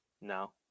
No